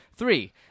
Three